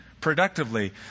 productively